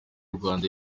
rwanda